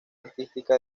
artística